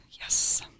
Yes